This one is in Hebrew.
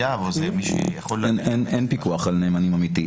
אין פיקוח אמיתי על נאמנים.